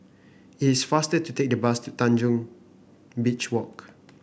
it is faster to take the bus to Tanjong Beach Walk